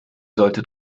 sollte